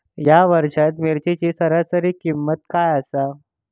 या वर्षात मिरचीची सरासरी किंमत काय आसा?